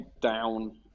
down